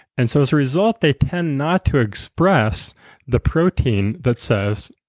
and so as a result they tend not to express the protein that says,